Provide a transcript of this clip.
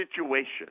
situation